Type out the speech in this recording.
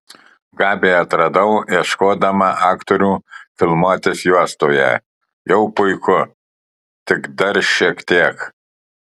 gabiją atradau ieškodama aktorių filmuotis juostoje jau puiku tik dar šiek tiek